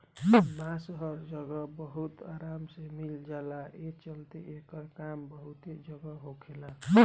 बांस हर जगह बहुत आराम से मिल जाला, ए चलते एकर काम बहुते जगह होखेला